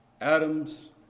Adam's